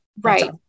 Right